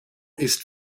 ist